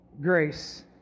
grace